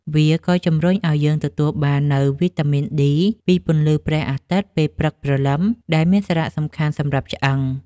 វាក៏ជម្រុញឲ្យយើងទទួលបាននូវវីតាមីន D ពីពន្លឺព្រះអាទិត្យពេលព្រឹកព្រលឹម ដែលមានសារៈសំខាន់សម្រាប់ឆ្អឹង។